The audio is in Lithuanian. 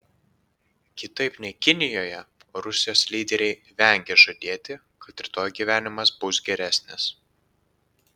kitaip nei kinijoje rusijos lyderiai vengia žadėti kad rytoj gyvenimas bus geresnis